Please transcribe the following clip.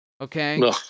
Okay